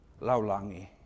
Laulangi